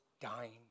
dying